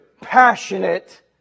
passionate